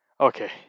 Okay